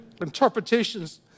interpretations